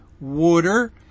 water